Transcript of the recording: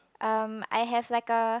um I have like a